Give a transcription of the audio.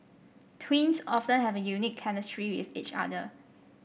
twins often have a unique chemistry with each other